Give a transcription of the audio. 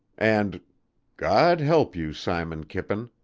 and god help you, simon kippen!